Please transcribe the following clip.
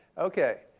okay.